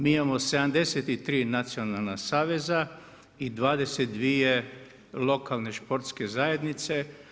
Mi imamo 73 nacionalna saveza i 22 lokalne športske zajednice.